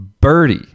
birdie